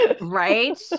right